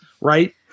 right